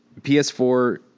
ps4